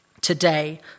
Today